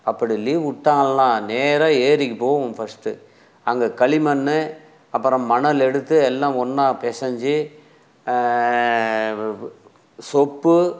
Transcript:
அப்படி லீவ் விட்டாங்கன்னா நேராக ஏரிக்கு போவோம் ஃபர்ஸ்ட்டு அங்கே களிமண் அப்பறம் மணல் எடுத்து எல்லாம் ஒன்னாக பெசைஞ்சி சொப்பு